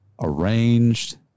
arranged